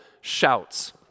shouts